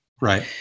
Right